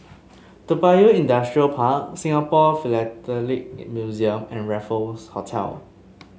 Toa Payoh Industrial Park Singapore Philatelic Museum and Raffles Hotel